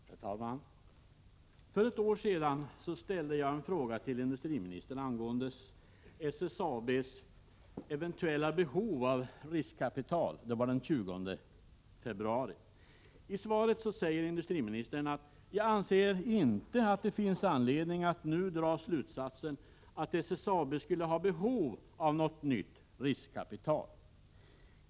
Herr talman! För ett år sedan — det var den 20 februari 1986 — svarade industriministern på en fråga som jag hade ställt till honom angående SSAB:s eventuella behov av riskkapital. Han sade då att han inte ansåg att det fanns anledning ”att nu dra slutsatsen att SSAB skulle ha behov av något nytt riskkapital”.